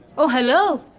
oh, hello.